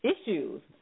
issues